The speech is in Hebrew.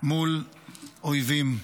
מול אויבים.